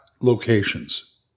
locations